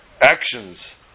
actions